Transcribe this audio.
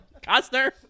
Costner